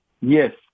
yes